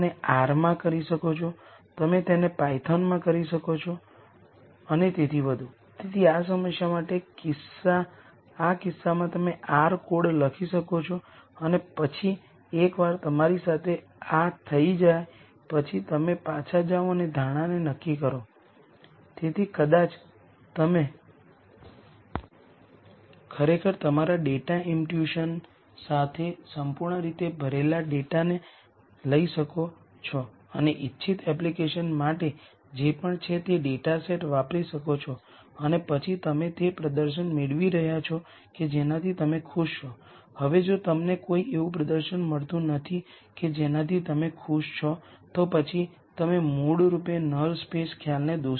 તેથી જો તમે Aᵀ A કરો અને અમે કહ્યું કે સિમેટ્રિક મેટ્રિક્સ હંમેશાં રીયલ આઇગન વૅલ્યુઝ રાખશે અને જ્યારે તમે આ માટે આઇગન વૅલ્યુઝની ગણતરી કરો છો ત્યારે તમે આઇગન વૅલ્યુઝ ગણતરી કરો છો તે રીતે તમે ડિટર્મનન્ટ A λ I 0 લો પછી તમે ત્રીજા ઓર્ડર નો પોલીનોમીઅલ પ્રાપ્ત થશે તમે તેને 0 સેટ કરો અને પછી તમે આ પોલીનોમીઅલના ત્રણ ઉકેલોની ગણતરી કરો અને તે 0 1 2 સોલ્યુશન તરીકે બહાર આવશે અને તમે આ દરેક ઉકેલો લો અને પછી તેને સબ્સ્ટિટૂટ્યૂટ કરો અને પછી A x λ x માટે હલ કરો